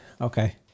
Okay